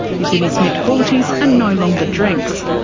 he's in his mid-forties and no longer drinks,